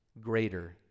greater